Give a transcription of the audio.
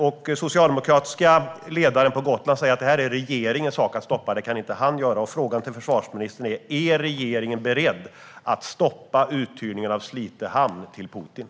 Den socialdemokratiska ledaren säger att detta är regeringens sak att stoppa; det kan inte han göra. Frågan till försvarsministern är därför om regeringen är beredd att stoppa uthyrningen av Slite hamn till Putin.